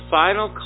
final